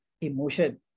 emotion